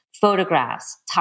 Photographs